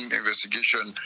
investigation